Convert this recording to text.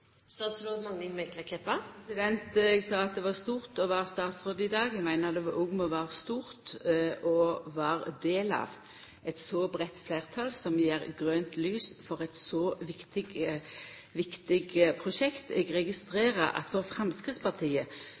statsråd i dag. Eg meiner det òg må vera stort å vera ein del av eit så breitt fleirtal som gjev grønt lys for eit så viktig prosjekt. Eg registrerer at for Framstegspartiet